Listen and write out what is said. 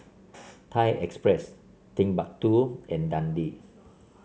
Thai Express Timbuk two and Dundee